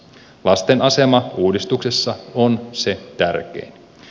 lasten asema uudistuksessa on se tärkein